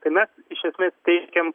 tai mes iš esmės teikėm